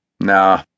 Nah